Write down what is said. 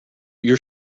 your